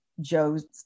Joe's